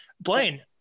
Blaine